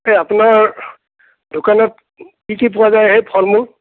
আপোনাৰ দোকানত কি কি পোৱা যায়হে ফল মূল